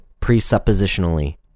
presuppositionally